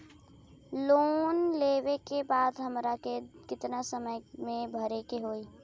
Loan लेवे के बाद हमरा के कितना समय मे भरे के होई?